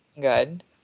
good